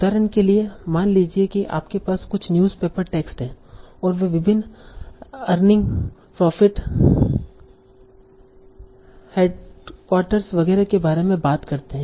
उदाहरण के लिए मान लीजिए कि आपके पास कुछ न्यूज़ पेपर टेक्स्ट हैं और वे विभिन्न अरनिंग्स प्रॉफिट हेडक्वार्टरस वगैरह के बारे में बात करते हैं